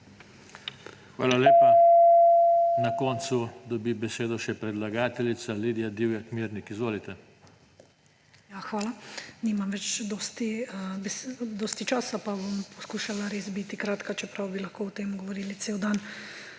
Hvala lepa. Na koncu dobi besedo še predlagateljica, Lidija Divjak Mirnik. Izvolite. LIDIJA DIVJAK MIRNIK (PS LMŠ): Hvala. Nimam več dosti časa, pa bom poskušala res biti kratka, čeprav bi lahko o tem govorili cel dan.